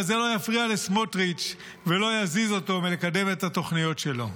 אבל זה לא יפריע לסמוטריץ' ולא יזיז אותו מלקדם את התוכניות שלו.